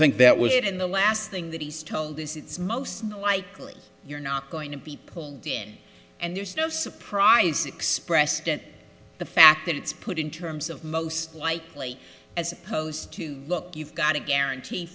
think that was it in the last thing that he's told this it's most likely you're not going to be pulled in and there's no surprise expressed in the fact that it's put in terms of most likely as opposed to look you've got a guarantee